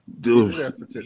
Dude